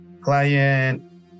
Client